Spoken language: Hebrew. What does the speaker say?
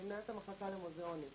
אני מנהלת את המחלקה למוזיאונים.